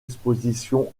expositions